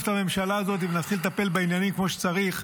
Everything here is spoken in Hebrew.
את הממשלה הזאת ונתחיל לטפל בעניינים כמו שצריך,